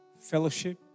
fellowship